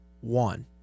one